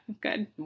good